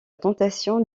tentation